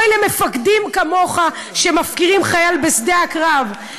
אוי למפקדים כמוך שמפקירים חייל בשדה הקרב.